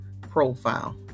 profile